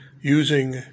using